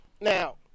Now